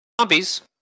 Zombies